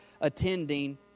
attending